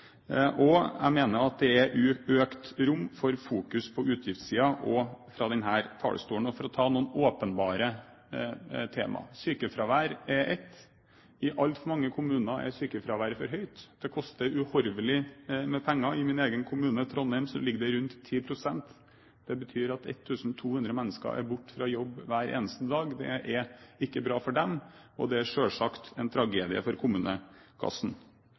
og jeg mener det er rom for økt fokus på utgiftssiden også fra denne talerstolen. For å ta noen åpenbare temaer: Sykefravær er ett. I altfor mange kommuner er sykefraværet for høyt. Det koster uhorvelig med penger. I min egen kommune, Trondheim, ligger det på rundt 10 pst. Det betyr at 1 200 mennesker er borte fra jobb hver eneste dag. Det er ikke bra for dem, og det er selvsagt en tragedie for kommunekassen.